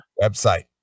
website